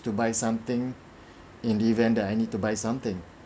to buy something in the event that I need to buy something